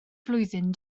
flwyddyn